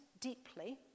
deeply